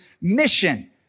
mission